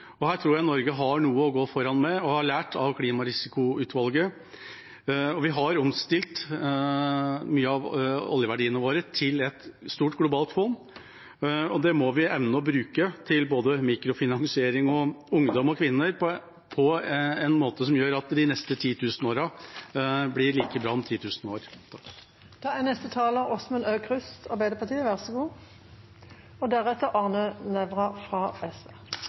Her tror jeg Norge har noe å gå foran med og har lært av klimarisikoutvalget. Vi har omstilt mye av oljeverdiene våre til et stort globalt fond, og det må vi evne å bruke til både mikrofinansiering, ungdom og kvinner på en måte som gjør at de neste 10 000 årene blir like bra om 10 000 år. Det har vært en spennende debatt. Det er